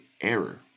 error